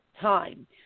time